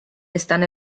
están